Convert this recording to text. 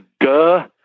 duh